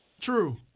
True